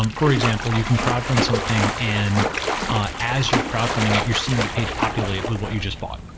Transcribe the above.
um for example, you can crowd fund something and as you're crowd funding it, you're seeing the page populate with what you just bought.